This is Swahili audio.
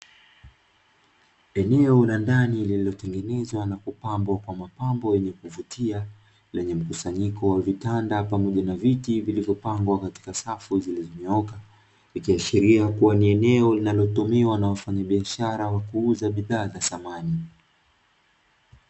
Eneo la ndani lililotengenezwa na kupambwa kwa mapambo yenye kuvutia, yenye mkusanyiko wa vitanda pamoja na viti vilivyopangwa katika safu zilizonyooka. Ikiashiria kuwa ni eneo linalotumiwa na wafanyabiashara wa kuuza bidhaa za samani.